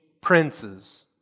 princes